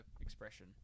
expression